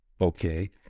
Okay